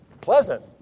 pleasant